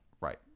right